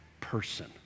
person